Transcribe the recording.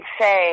say